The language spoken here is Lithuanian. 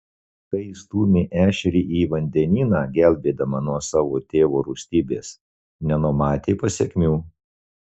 kai įstūmė ešerį į vandenyną gelbėdama nuo savo tėvo rūstybės nenumatė pasekmių